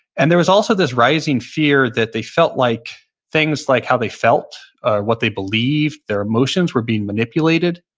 and it there was also this rising fear that they felt like things like how they felt or what they believed, their emotions, were being manipulated.